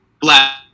Black